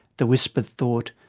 the whispered thought,